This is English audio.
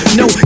no